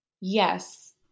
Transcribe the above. Yes